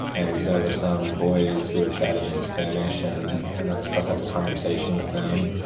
and there were some boys who were chatting in spanish and and i struck up a conversation with them